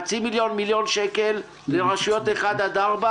1-0.5 מיליון שקלים לרשויות באשכול